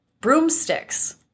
broomsticks